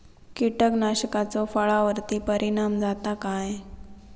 कीटकनाशकाचो फळावर्ती परिणाम जाता काय?